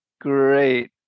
great